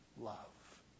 love